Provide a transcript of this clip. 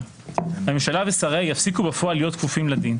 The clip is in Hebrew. הממשלה ושריה יפסיקו בפועל להיות כפופים לדין.